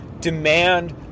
demand